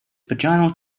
vaginal